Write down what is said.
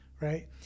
right